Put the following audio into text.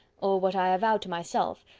or what i avowed to myself,